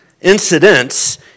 incidents